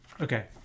Okay